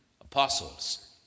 apostles